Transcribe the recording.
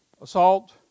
assault